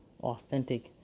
authentic